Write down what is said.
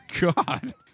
God